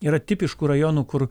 yra tipiškų rajonų kur